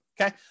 okay